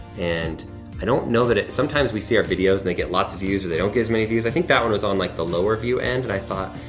and i don't know that it, sometimes we see our videos, they get lots of views or they don't get as many views. i think that one was on like the lower view end. and i thought,